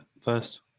first